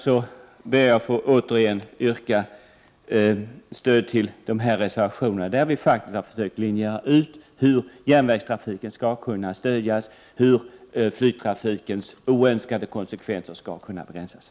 Jag ber att återigen få yrka bifall till våra reservationer, där vi faktiskt försöker linjera ut hur järnvägstrafiken skall kunna stödjas och hur Prot. 1988/89:46